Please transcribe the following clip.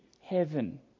heaven